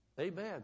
Amen